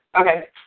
Okay